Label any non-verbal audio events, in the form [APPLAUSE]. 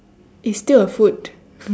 it's still a food [LAUGHS]